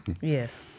yes